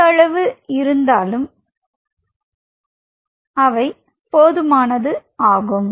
இந்த அளவு இருந்தாலும் அது போதுமானதாகும்